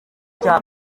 cya